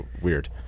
Weird